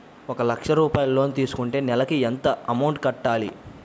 ఒక లక్ష రూపాయిలు లోన్ తీసుకుంటే నెలకి ఎంత అమౌంట్ కట్టాలి?